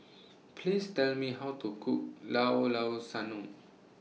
Please Tell Me How to Cook Llao Llao Sanum